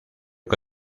que